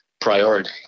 priority